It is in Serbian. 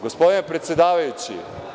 Gospodine predsedavajući…